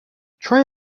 try